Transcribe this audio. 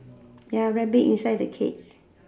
ya rabbit inside the cage